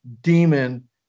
demon